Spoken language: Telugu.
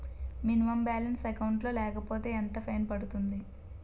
మినిమం బాలన్స్ అకౌంట్ లో లేకపోతే ఎంత ఫైన్ పడుతుంది?